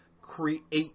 create